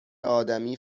آدمی